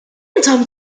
intom